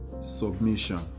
submission